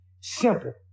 Simple